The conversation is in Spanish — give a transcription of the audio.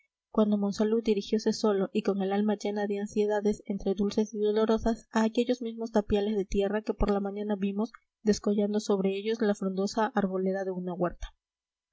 cuando monsalud dirigiose solo y con el alma llena de ansiedades entre dulces y dolorosas a aquellos mismos tapiales de tierra que por la mañana vimos descollando sobre ellos la frondosa arboleda de una huerta